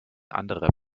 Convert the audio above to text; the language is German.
anderer